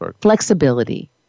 Flexibility